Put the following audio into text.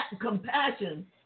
compassion